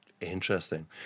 interesting